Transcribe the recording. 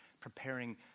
preparing